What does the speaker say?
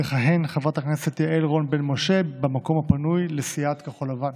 תכהן חברת הכנסת יעל רון בן משה במקום הפנוי לסיעת כחול לבן.